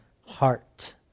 heart